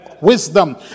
wisdom